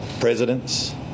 presidents